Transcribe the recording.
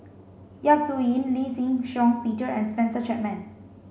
Yap Su Yin Lee Shih Shiong Peter and Spencer Chapman